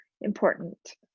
important